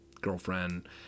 girlfriend